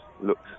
looks